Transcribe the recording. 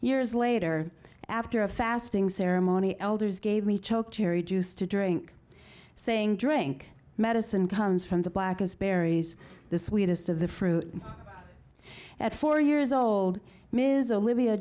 years later after a fasting ceremony elders gave me choked cherry juice to drink saying drink medicine comes from the black berries the sweetness of the fruit at four years old ms olivia